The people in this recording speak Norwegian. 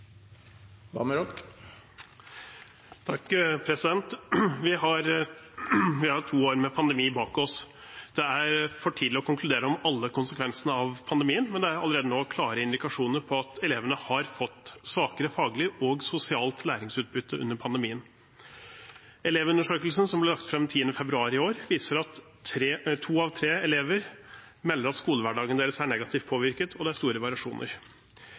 for tidlig å konkludere om alle konsekvensene av pandemien, men det er allerede nå klare indikasjoner på at elevene har fått svakere faglig og sosialt læringsutbytte under pandemien. Elevundersøkelsen som ble lagt fram 10. februar i år, viser at to av tre elever melder at skolehverdagen deres er negativt påvirket, og det er store variasjoner.